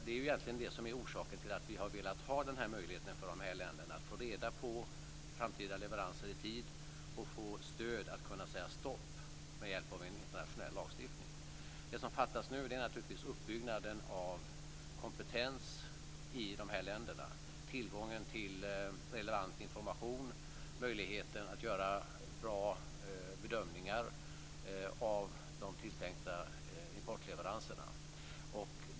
Det är egentligen det som är orsaken till att vi har velat ha möjligheten för de här länderna att få reda på framtida leveranser i tid och få stöd för att kunna säga stopp med hjälp av en internationell lagstiftning. Det som fattas nu är naturligtvis uppbyggnaden av kompetens i de här länderna, tillgången till relevant information och möjligheten att göra bra bedömningar av de tilltänkta importleveranserna.